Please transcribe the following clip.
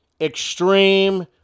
extreme